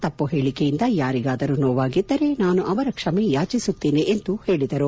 ತಮ್ಮ ಹೇಳಿಕೆಯಿಂದ ಯಾರಿಗಾದರೂ ನೋವಾಗಿದ್ದರೆ ನಾನು ಅವರ ಕ್ಷಮೆ ಯಾಚಿಸುತ್ತೇನೆ ಎಂದು ತಿಳಿಸಿದರು